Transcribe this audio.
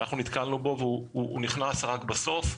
אנחנו נתקלנו בו והוא נכנס רק בסוף.